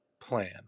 plan